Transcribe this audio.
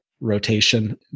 rotation